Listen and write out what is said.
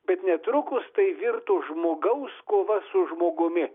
bet netrukus tai virto žmogaus kova su žmogumi